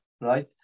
right